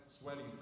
sweating